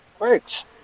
works